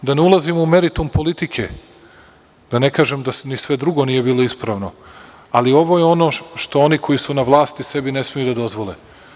Da ne ulazimo u meritum politike, da ne kažem da ni sve drugo nije bilo ispravno, ali ovo je ono što oni koji su na vlasti sebi ne smeju da dozvole.